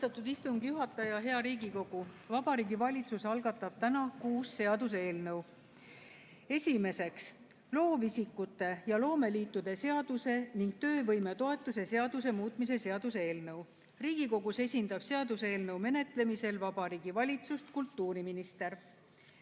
Austatud istungi juhataja! Hea Riigikogu! Vabariigi Valitsus algatab täna kuus seaduseelnõu. Esiteks, loovisikute ja loomeliitude seaduse ning töövõimetoetuse seaduse muutmise seaduse eelnõu. Riigikogus esindab seaduseelnõu menetlemisel Vabariigi Valitsust kultuuriminister.